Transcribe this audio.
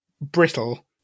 brittle